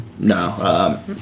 No